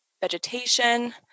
vegetation